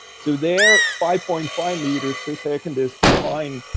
so there, five point five meters per second is fine.